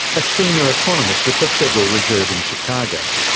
a senior economist with the federal reserve in chicago.